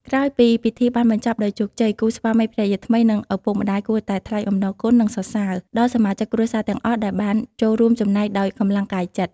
ក្រោយពីពិធីបានបញ្ចប់ដោយជោគជ័យ គូស្វាមីភរិយាថ្មី និងឪពុកម្ដាយ គួរតែ ថ្លែងអំណរគុណ និងសរសើរ ដល់សមាជិកគ្រួសារទាំងអស់ដែលបានចូលរួមចំណែកដោយកម្លាំងកាយចិត្ត។